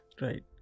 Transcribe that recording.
Right